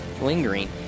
lingering